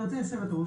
גברתי יושבת הראש,